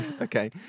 Okay